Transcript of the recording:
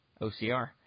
OCR